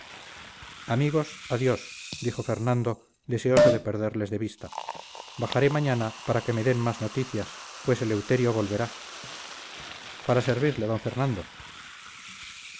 amigos adiós dijo fernando deseoso de perderles de vista bajaré mañana para que me den más noticias pues eleuterio volverá para servirle d fernando